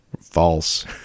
False